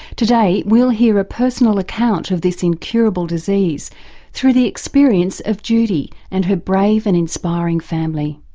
today we'll hear a personal account of this incurable disease through the experience of judy and her brave and inspiring family.